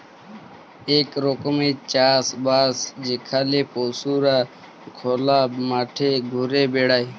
ইক রকমের চাষ বাস যেখালে পশুরা খলা মাঠে ঘুরে বেড়ায়